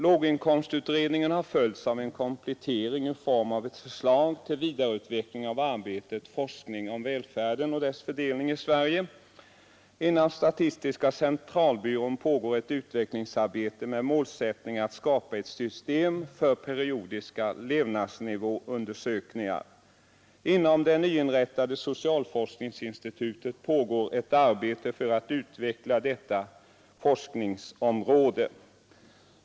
Låginkomstutredningen har följts av en komplettering i form av ett förslag till vidareutveckling av arbetet Forskning om välfärden och dess fördelning i Sverige. Inom statistiska centralbyrån pågår ett utvecklingsarbete med målsättningen att skapa ett system för periodiska levnadsnivåundersökningar. Inom det nyinrättade socialforskningsinstitutet pågår ett arbete för att utveckla detta forskningsområde.